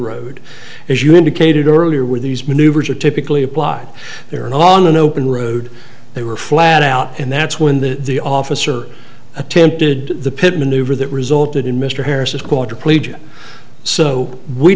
road as you indicated earlier with these maneuvers are typically applied here and on an open road they were flat out and that's when the the officer attempted the pit maneuver that resulted in mr harris's quadriplegia so we